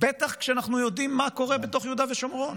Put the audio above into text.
בטח כשאנחנו יודעים מה קורה בתוך יהודה ושומרון